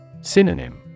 Synonym